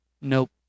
Nope